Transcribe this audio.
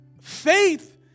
faith